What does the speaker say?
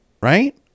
right